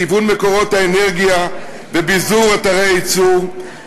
גיוון מקורות האנרגיה וביזור אתרי הייצור,